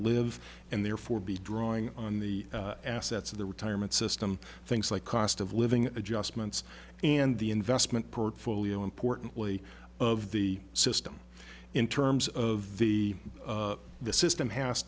live and therefore be drawing on the assets of their retirement system things like cost of living adjustments and the investment portfolio importantly of the system in terms of the the system has